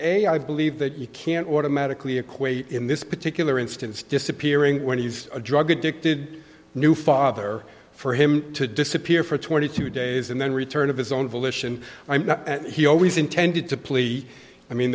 a i believe that you can't automatically equate in this particular instance disappearing when he's a drug addicted new father for him to disappear for twenty two days and then return of his own volition i mean he always intended to plea i mean